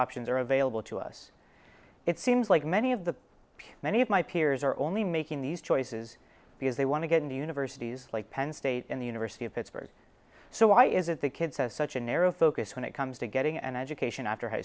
options are available to us it seems like many of the many of my peers are only making these choices because they want to get into universities like penn state and the university of pittsburgh so why is it the kids have such a narrow focus when it comes to getting an education after high